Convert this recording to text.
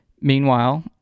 Meanwhile